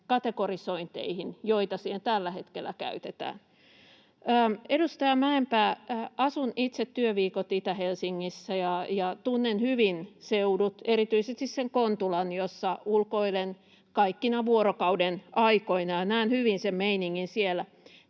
kategorisointeihin, joita siihen tällä hetkellä käytetään. Edustaja Mäenpää, asun itse työviikot Itä-Helsingissä ja tunnen hyvin seudut, erityisesti sen Kontulan, jossa ulkoilen kaikkina vuorokaudenaikoina, ja näen hyvin sen meiningin siellä.